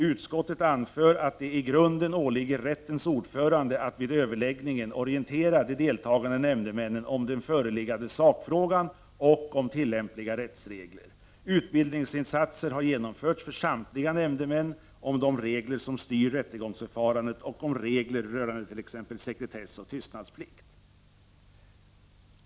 Utskottet anför att det i grunden åligger rättens ordförande att vid överläggningen orientera de deltagande nämndemännen om den föreliggande sakfrågan och om tillämpliga rättsregler. Utbildningsinsatser har genomförts för samtliga nämndemän beträffande de regler som styr rättegångsförfarandet och regler rörande t.ex. sekretess och tystnadsplikt.